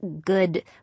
good